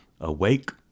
awake